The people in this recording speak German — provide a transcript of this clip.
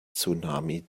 tsunami